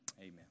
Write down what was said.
Amen